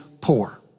poor